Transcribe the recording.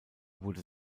wurde